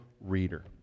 reader